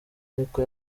niko